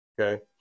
okay